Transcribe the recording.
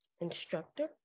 instructor